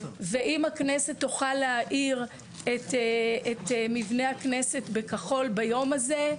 ואם הכנסת תוכל להאיר את מבנה הכנסת בכחול ביום הזה,